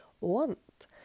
want